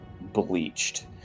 bleached